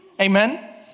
amen